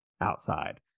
outside